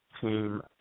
team